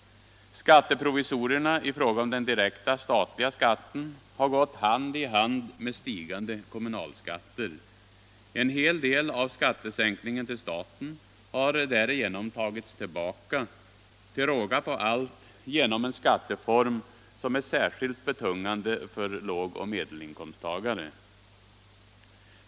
Skatteprovisorierna i fråga om den direkta statliga skatten har gått hand i hand med stigande kommunalskatter. En hel del av skattesänkningen till staten har därigenom tagits tillbaka, till råga på allt genom en skatteform som är särskilt betungande för låg och medelinkomsttagare.